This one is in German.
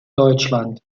deutschland